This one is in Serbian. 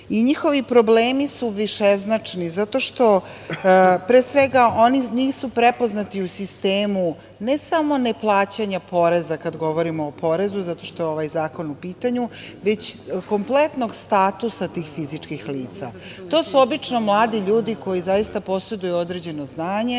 Njihovi problemi su višeznačni, pre svega nisu prepoznati sistemu ne samo neplaćanja poreza kada govorimo o porezu, zato što je ovaj zakon u pitanju, već kompletnog statusa tih fizičkih lica. To su obično mladi ljudi koji zaista poseduju određeno znanje